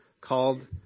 called